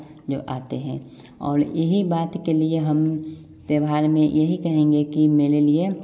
जो आते हैं और यही बात के लिए हम त्योहार में यही कहेंगे कि मेरे लिए